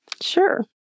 Sure